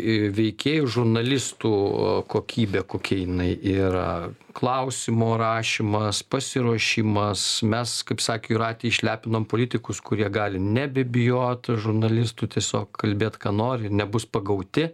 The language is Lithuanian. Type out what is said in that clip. ir veikėjų žurnalistų kokybė kokia jinai yra klausimų rašymas pasiruošimas mes kaip sakė jūratė išlepinom politikus kurie gali nebebijot žurnalistų tiesiog kalbėt ką nori ir nebus pagauti